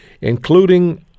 including